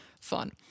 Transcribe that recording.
fun